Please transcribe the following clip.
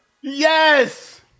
Yes